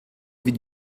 evit